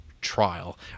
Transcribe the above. trial